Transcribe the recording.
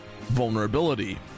vulnerability